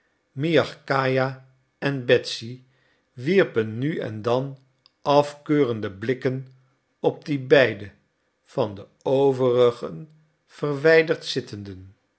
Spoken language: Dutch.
miagkaja en betsy wierpen nu en dan afkeurende blikken op die beide van de overigen verwijderd zittenden